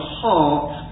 heart